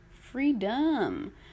freedom